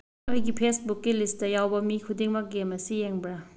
ꯑꯩꯒꯤ ꯐꯦꯁꯕꯨꯛꯀꯤ ꯂꯤꯁꯇ ꯌꯥꯎꯕ ꯃꯤ ꯈꯨꯗꯤꯡꯃꯛ ꯒꯦꯝ ꯑꯁꯤ ꯌꯦꯡꯕ꯭ꯔꯥ